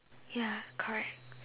ya correct